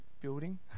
building